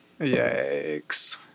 Yikes